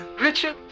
Richard